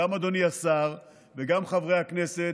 גם אדוני השר וגם חברי הכנסת,